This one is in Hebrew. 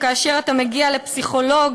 כאשר אתה מגיע לפסיכולוג